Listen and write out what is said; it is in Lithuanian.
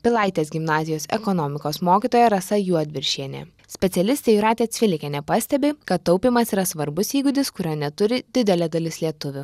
pilaitės gimnazijos ekonomikos mokytoja rasa juodviršienė specialistė jūratė cvilikienė pastebi kad taupymas yra svarbus įgūdis kurio neturi didelė dalis lietuvių